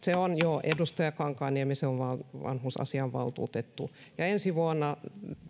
se on joo edustaja kankaanniemi se on vanhusasiavaltuutettu ensi vuonna